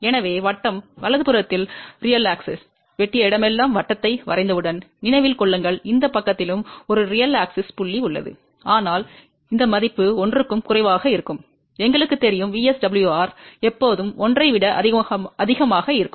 எனவே வட்டம் வலதுபுறத்தில் உண்மையான அச்சை வெட்டிய இடமெல்லாம் வட்டத்தை வரைந்தவுடன் நினைவில் கொள்ளுங்கள் இந்த பக்கத்திலும் ஒரு உண்மையான அச்சு புள்ளி உள்ளது ஆனால் இந்த மதிப்பு 1 க்கும் குறைவாக இருக்கும் எங்களுக்குத் தெரியும் VSWR எப்போதும் 1 ஐ விட அதிகமாக இருக்கும்